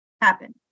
happen